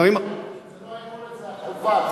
זו לא היכולת, זו החובה.